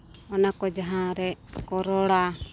ᱚᱱᱟ ᱠᱚ ᱡᱟᱦᱟᱸ ᱨᱮᱠᱚ ᱨᱚᱲᱟ